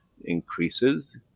increases